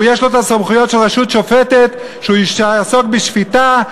יש לו הסמכויות של רשות שופטת, שיעסוק בשפיטה.